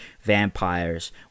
vampires